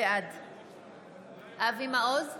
בעד אבי מעוז,